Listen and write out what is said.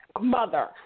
mother